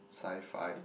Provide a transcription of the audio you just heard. Sci-Fi